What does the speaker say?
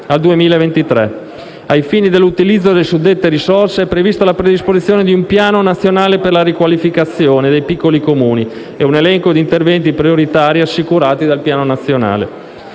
al 2023. Ai fini dell'utilizzo delle suddette risorse è prevista la predisposizione di un piano nazionale per la riqualificazione dei piccoli Comuni e un elenco di interventi prioritari assicurati dal Piano nazionale.